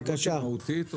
ההסתייגות היא מהותית?